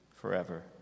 forever